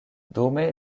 dume